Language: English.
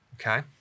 okay